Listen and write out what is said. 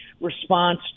response